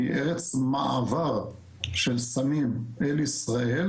היא ארץ מעבר של סמים אל ישראל,